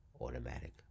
automatic